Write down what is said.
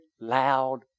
loud